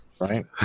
Right